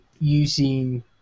using